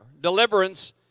Deliverance